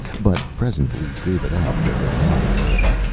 but presently gave it up with a muttered oath.